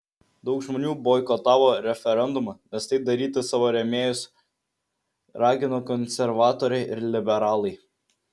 daug žmonių boikotavo referendumą nes tai daryti savo rėmėjus ragino konservatoriai ir liberalai